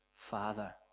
father